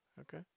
Okay